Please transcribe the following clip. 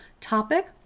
topic